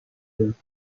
gehen